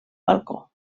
balcó